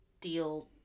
deal